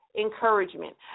encouragement